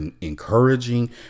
encouraging